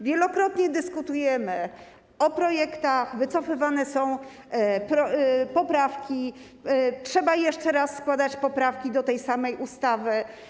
Wielokrotnie dyskutujemy o projektach, wycofywane są poprawki, trzeba jeszcze raz składać poprawki do tej samej ustawy.